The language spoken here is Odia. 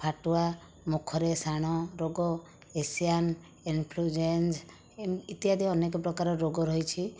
ଫାଟୁଆ ମୁଖରେ ଶାଣ ରୋଗ ଏଭିୟାନ ଇନଫ୍ଲୁଏଞ୍ଜା ଇତ୍ୟାଦି ଅନେକ ପ୍ରକାର ରୋଗ ରହିଛି